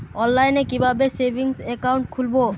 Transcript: অনলাইনে কিভাবে savings account খুলবো?